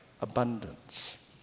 abundance